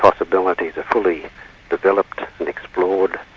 possibilities are fully developed and explored,